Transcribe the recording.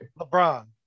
LeBron